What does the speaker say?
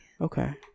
Okay